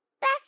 best